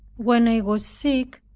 when i was sick,